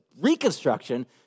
reconstruction